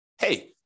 hey